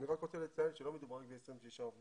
אני רק רוצה לציין שלא מדובר רק ב-26 עובדים,